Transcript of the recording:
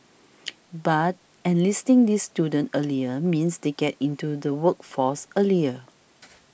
but enlisting these students earlier means they get into the workforce earlier